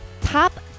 top